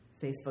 Facebook